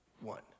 one